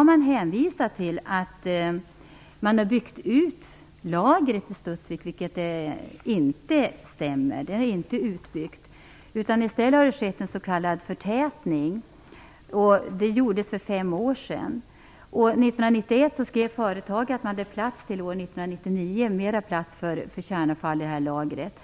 Man har hänvisat till att lagret har byggts ut i Studsvik, vilket inte stämmer. Det är inte utbyggt, utan i stället har det skett en s.k. förtätning. Det gjordes för fem år sedan. År 1991 skrev företaget att man hade plats till år 1999 för kärnavfall i lagret.